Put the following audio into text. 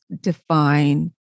define